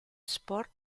sport